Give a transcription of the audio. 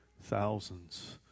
thousands